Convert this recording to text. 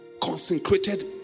consecrated